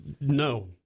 no